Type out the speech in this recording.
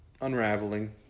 unraveling